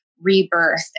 rebirth